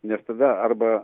nes tada arba